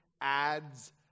ads